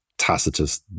Tacitus